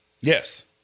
Yes